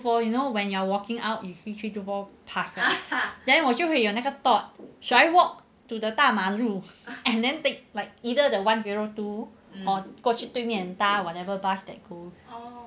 you know when you are walking out you see three two four passed then 我就会有那个 thought should I walk to the 大马路 and then take like either the one zero two or 过去对面 whatever bus that goes